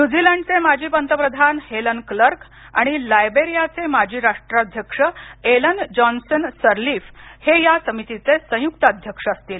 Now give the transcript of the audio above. न्यूझीलंडचे माजी पंतप्रधान हेलन क्लर्क आणि लायबेरियाचे माजी राष्ट्राध्यक्ष एलन जॉनसन सरलिफ हे या समितीचे संयुक्त अध्यक्ष असतील